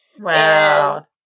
Wow